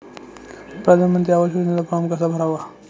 प्रधानमंत्री आवास योजनेचा फॉर्म कसा भरायचा?